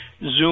zoom